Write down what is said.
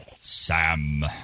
Sam